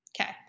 Okay